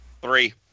Three